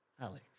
Alex